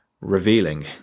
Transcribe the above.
revealing